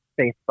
Facebook